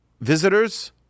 visitors